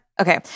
Okay